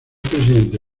presidente